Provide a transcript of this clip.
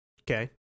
Okay